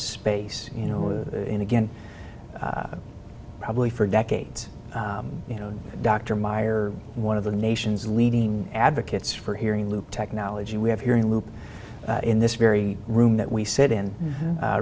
space you know and again probably for decades you know dr myer one of the nation's leading advocates for hearing loop technology we have here in loop in this very room that we sit in